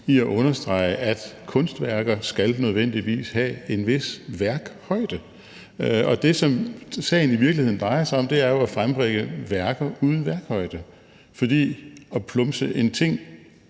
hun understreger, at kunstværker nødvendigvis skal have en vis værkhøjde. Og det, som sagen i virkeligheden drejer sig om, er jo at frembringe værker uden værkhøjde. For at plumse en ting